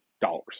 dollars